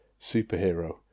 superhero